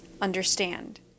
understand